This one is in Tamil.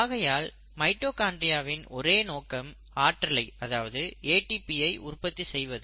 ஆகையால் மைட்டோகாண்ட்ரியாவின் ஒரே நோக்கம் ஆற்றலை அதாவது ATPயை உற்பத்தி செய்வது